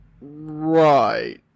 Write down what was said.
Right